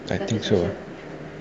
I think so